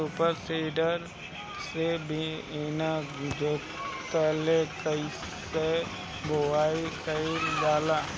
Super seeder से बीना जोतले कईसे बुआई कयिल जाला?